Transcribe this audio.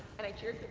and i cheer